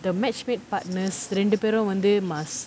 the match made partners ரெண்டு பேரும் வந்து:rendu perum vanthu must